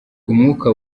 umwuka